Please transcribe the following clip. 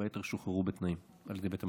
היתר שוחררו בתנאים על ידי בית המשפט.